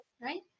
right